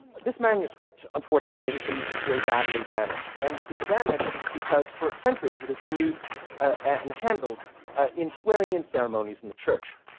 this manuscript, unfortunately, has been very badly damaged, and it's damaged because for centuries it had been used and handled in swearing in ceremonies in the church.